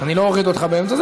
אני לא אוריד אותך באמצע,